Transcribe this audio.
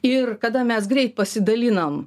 ir kada mes greit pasidalinam